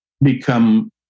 become